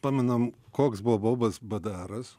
pamenam koks buvo baubas bdras